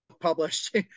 published